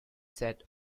set